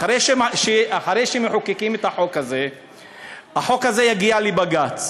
אחרי שמחוקקים את החוק הזה החוק הזה יגיע לבג"ץ,